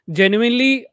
genuinely